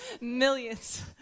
millions